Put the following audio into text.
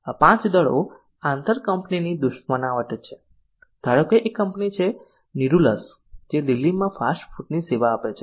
આ 5 દળો આંતર કંપનીની દુશ્મનાવટ છે ધારો કે એક કંપની છે NIRULAS જે દિલ્હીમાં ફાસ્ટ ફૂડની સેવા આપે છે